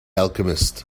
alchemist